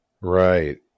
right